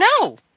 No